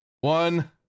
one